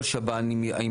כל שב"ן עם